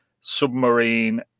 Submarine